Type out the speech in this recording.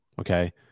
Okay